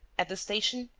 at the station,